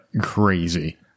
crazy